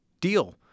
deal